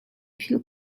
philh